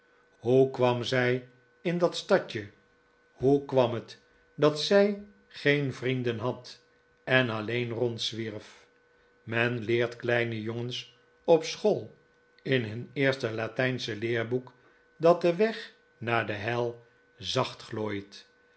hoe kwam zij in dat stadje hoe kwam het dat zij geen vrienden had en alleen rondzwierf men leert kleine jongens op school in hun eerste latijnsche leerboek dat de weg naar de hel zacht glooit